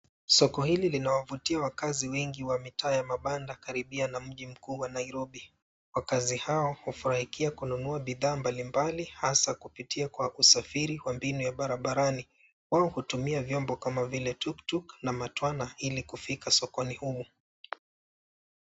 Soko hili linawavutia wakaazi wengi wa mitaa ya mabanda karibia na mji mkuu wa Nairobi. Wakaazi hao hufurahiakia kununua bidhaa mbalimbali hasa kupitia kwa usafiri wa mbinu ya barabarani. Wao hutumia vyombo kama vile tuk tuk na matwana ili kufika sokoni humu.